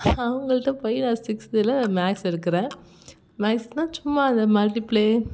அவங்கள்ட்ட போய் நான் சிக்ஸ்த்தில் மேக்ஸ் எடுக்குறேன் மேக்ஸ்னால் சும்மா இந்த மல்டிப்பிளே